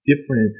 different